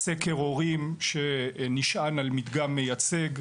סקר הורים שנשען על מדגם מייצג.